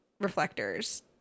reflectors